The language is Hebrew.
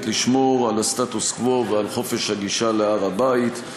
לשמור על הסטטוס-קוו ועל חופש הגישה להר-הבית.